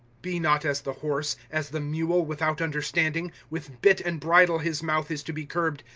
be not as the horse, as the mule, without understanding with bit and bridle his mouth is to be curbed,